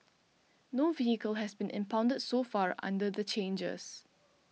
no vehicle has been impounded so far under the changes